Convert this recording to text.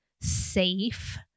safe